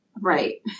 Right